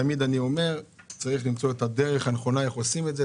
תמיד אני אומר שצריך למצוא את הדרך הנכונה איך לעשות את זה,